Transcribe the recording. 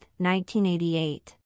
1988